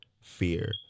fear